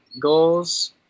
goals